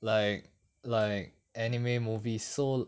like like anime movie so